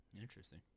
Interesting